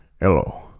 Hello